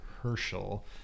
Herschel